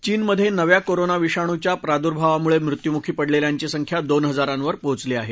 चीनमधे नव्या कोरोना विषाणूच्या प्रादुर्भावामुळे मृत्यूमुखी पडलेल्यांची संख्या दोन हजारावर पोचली आहे